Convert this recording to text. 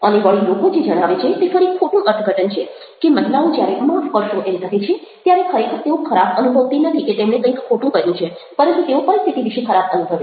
અને વળી લોકો જે જણાવે છે તે ફરી ખોટું અર્થઘટન છે કે મહિલાઓ જ્યારે માફ કરશો એમ કહે છે ત્યારે ખરેખર તેઓ ખરાબ અનુભવતી નથી કે તેમણે કંઈક ખોટું કર્યું છે પરંતુ તેઓ પરિસ્થિતિ વિશે ખરાબ અનુભવે છે